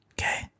Okay